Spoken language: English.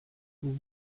who